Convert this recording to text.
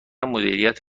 مدیریت